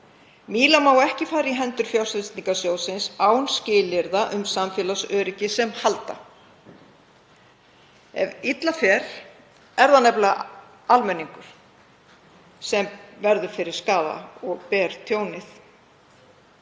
Míla má ekki fara í hendur fjárfestingarsjóðsins án skilyrða um samfélagsöryggi sem halda. Ef illa fer er það nefnilega almenningur sem verður fyrir skaða og ber tjónið.